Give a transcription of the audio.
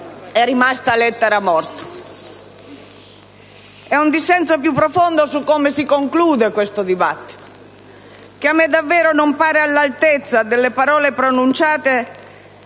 e rimasta lettera morta. È un dissenso più profondo, sul modo in cui si conclude questo dibattito, che a me davvero non pare all'altezza delle parole pronunciate